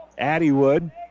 Addywood